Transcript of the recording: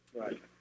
Right